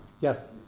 yes